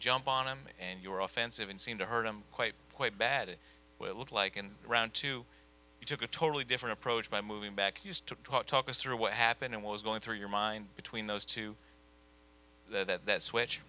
jump on him and you were offensive and seemed to hurt him quite quite bad it looked like in round two you took a totally different approach by moving back used to talk us through what happened and what was going through your mind between those two to switch